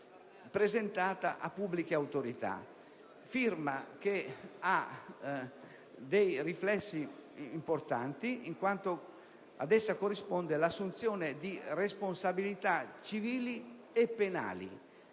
presentato alle pubbliche autorità. Tale firma ha dei riflessi importanti, in quanto ad essa corrisponde l'assunzione di responsabilità civili e penali